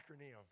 acronym